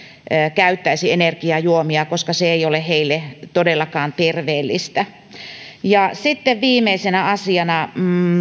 käyttäisi energiajuomia koska se ei ole heille todellakaan terveellistä sitten viimeisenä asiana